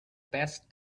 best